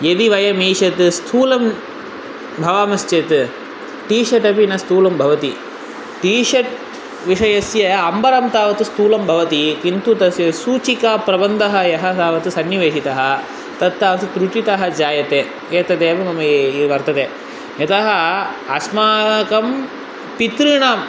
यदि वयम् ईशत् स्थूलं भवामश्चेत् टी शर्ट् अपि न स्थूलं भवति टी शर्ट् विषयस्य अम्बरं तावत् स्थूलं भवति किन्तु तस्य सूचिका प्रबन्धः यः तावत् सन्निवेशितः तत् तावत् प्रुचितः जायते एतदेव मम ए ए वर्तते यतः अस्माकं पितॄणाम्